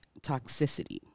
toxicity